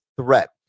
threat